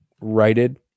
righted